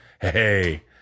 hey